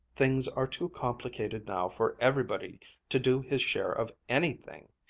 things are too complicated now for everybody to do his share of anything.